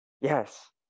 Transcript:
yes